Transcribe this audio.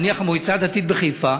נניח המועצה הדתית בחיפה,